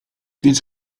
więc